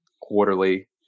quarterly